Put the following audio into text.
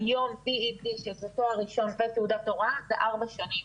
B.Ed שזה תואר ראשון ותעודת הוראה זה ארבע שנים,